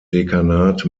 dekanat